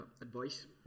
advice